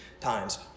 times